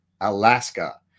Alaska